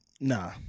Nah